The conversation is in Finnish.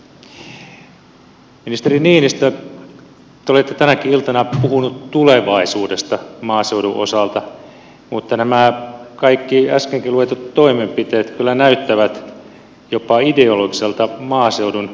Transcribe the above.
ministeri niinistö te olette tänäkin iltana puhunut tulevaisuudesta maaseudun osalta mutta nämä kaikki äskenkin luetellut toimenpiteet kyllä näyttävät jopa ideologiselta maaseudun museoinnilta